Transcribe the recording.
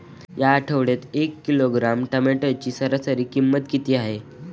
या आठवड्यात एक किलोग्रॅम टोमॅटोची सरासरी किंमत किती आहे?